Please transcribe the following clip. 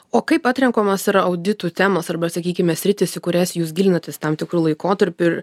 o kaip atrenkamos yra auditų temos arba sakykime sritys į kurias jūs gilinatės tam tikru laikotarpiu ir